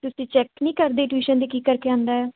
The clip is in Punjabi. ਤੁਸੀਂ ਚੈੱਕ ਨਹੀਂ ਕਰਦੇ ਟਿਊਸ਼ਨ 'ਤੇ ਕੀ ਕਰਕੇ ਆਉਂਦਾ